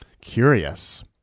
Curious